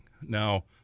Now